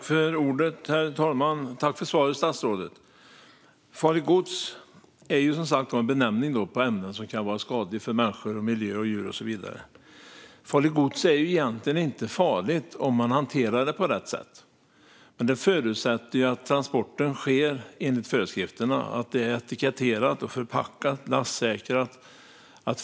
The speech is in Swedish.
Herr talman! Farligt gods är som sagt en benämning på ämnen som kan vara skadliga för människor, miljö, djur och så vidare. Farligt gods är egentligen inte farligt om man bara hanterar det på rätt sätt, men det förutsätter att transporten sker enligt föreskrifterna, att den är etiketterad, förpackad och lastsäkrad.